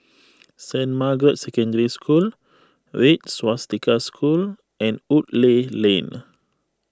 Saint Margaret's Secondary School Red Swastika School and Woodleigh Lane